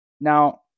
now